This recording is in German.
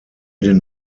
den